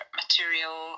material